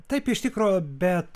taip iš tikro bet